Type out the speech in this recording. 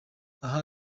aha